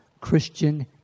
Christian